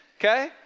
Okay